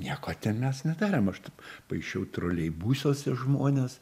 nieko ten mes nedarėm aš taip paišiau troleibusuose žmones